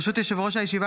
ברשות יושב-ראש הישיבה,